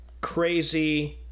crazy